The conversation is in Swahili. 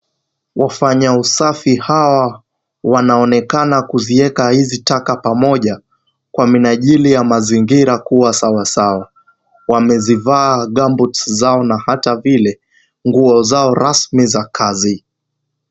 Wafanya usafi hawa wanaonekana kuziweka taka hizi pamoja kwa minajili ya mazingira kuwa sawasawa, wamezivaa gumboots zao na hata vile nguo zao rasmi za kazi.